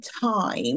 time